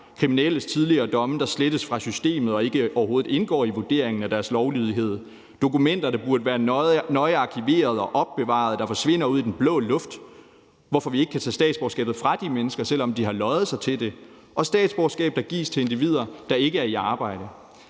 kriminelles tidligere domme, der slettes fra systemet og overhovedet ikke indgår i vurderingen af deres lovlydighed; dokumenter, der burde være nøje arkiveret og opbevaret, og som forsvinder ud i den blå luft, hvorfor vi ikke kan tage statsborgerskabet fra de mennesker, selv om de har løjet sig til det; og statsborgerskab, der gives til individer, der ikke er i arbejde.